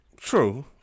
true